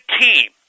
team